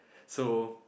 so